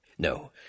No